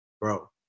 Bro